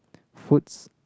foods